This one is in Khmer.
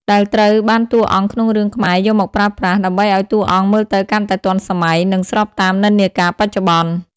ដែលត្រូវបានតួអង្គក្នុងរឿងខ្មែរយកមកប្រើប្រាស់ ដើម្បីឲ្យតួអង្គមើលទៅកាន់តែទាន់សម័យ និងស្របតាមនិន្នាការបច្ចុប្បន្ន។